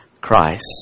Christ